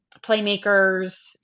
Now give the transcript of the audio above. Playmakers